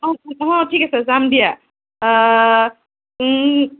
অ অ ঠিক আছে যাম দিয়া